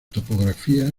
topografía